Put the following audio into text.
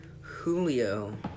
Julio